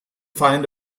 find